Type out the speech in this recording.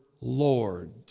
Lord